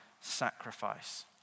sacrifice